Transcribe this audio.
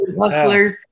hustlers